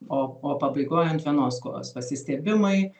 o o pabaigoj ant vienos kojos pasistiebimai